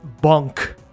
bunk